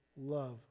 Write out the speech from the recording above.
love